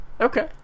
Okay